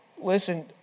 Listen